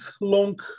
long